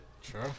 Sure